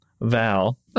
Val